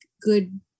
good